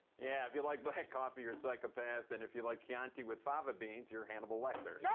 yeah, if you like black coffee, you're a psychopath and if you like chianti with fava beans, you're hannibal lecter. yeah